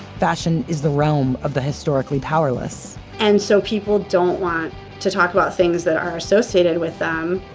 fashion is the realm of the historically powerless and so people don't want to talk about things that are associated with them,